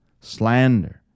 slander